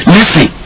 Listen